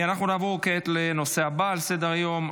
נעבור כעת לנושא הבא על סדר-היום,